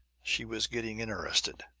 she was getting interested.